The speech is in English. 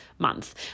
month